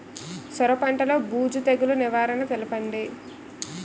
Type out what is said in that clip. సొర పంటలో బూజు తెగులు నివారణ తెలపండి?